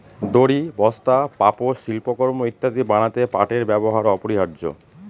দড়ি, বস্তা, পাপোষ, শিল্পকর্ম ইত্যাদি বানাতে পাটের ব্যবহার অপরিহার্য